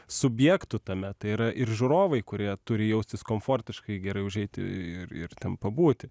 subjektų tame tai yra ir žiūrovai kurie turi jaustis komfortiškai gerai užeiti ir ir ten pabūti